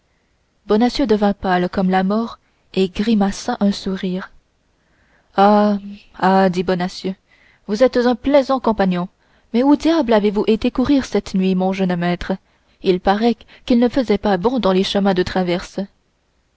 bonacieux bonacieux devint pâle comme la mort et grimaça un sourire ah ah dit bonacieux vous êtes un plaisant compagnon mais où diable avez-vous été courir cette nuit mon jeune maître il paraît qu'il ne faisait pas bon dans les chemins de traverse